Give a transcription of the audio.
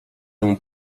temu